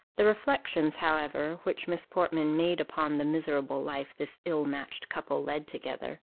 the reflections, however, which miss portman made upon the miserable life this ill-matched couple led together,